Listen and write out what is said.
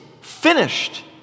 finished